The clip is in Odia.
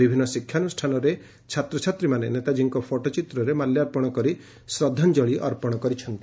ବିଭିନ୍ ଶିକ୍ଷାନୁଷ୍ଠାନରେ ଛାତ୍ରଛାତ୍ରୀମାନେ ନେତାଜୀଙ୍କ ଫଟୋଚିତ୍ରରେ ମାଲ୍ୟାର୍ପଣ କରି ଶ୍ରଦ୍ଧାଞ୍ଞଳି ଙ୍କାପନ କରିଛନ୍ତି